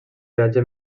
peatge